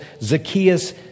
Zacchaeus